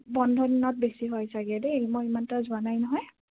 বন্ধ দিনত বেছি হয় চাগে দেই মই ইমান এটা যোৱা নাই নহয়